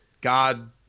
God